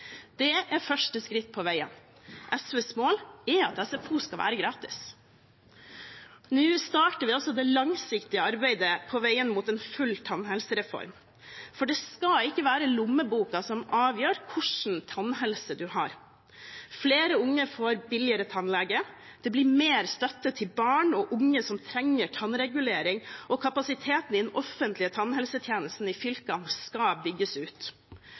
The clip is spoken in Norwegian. Det er første skritt på veien. SVs mål er at SFO skal være gratis. Nå starter vi altså det langsiktige arbeidet på veien mot en full tannhelsereform, for det skal ikke være lommeboken som avgjør hva slags tannhelse man har. Flere unge får billigere tannlege, og det blir mer støtte til barn og unge som trenger tannregulering. Kapasiteten i den offentlige tannhelsetjenesten i fylkene skal bygges ut,